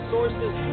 Sources